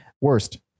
worst